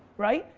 right?